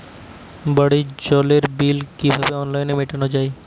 বাড়ির জলের বিল কিভাবে অনলাইনে মেটানো যায়?